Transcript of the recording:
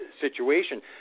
situation